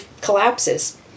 collapses